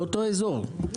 באותו אזור,